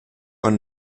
aunc